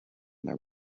their